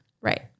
Right